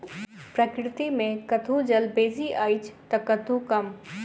प्रकृति मे कतहु जल बेसी अछि त कतहु कम